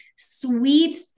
sweet